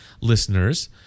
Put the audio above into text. listeners